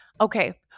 okay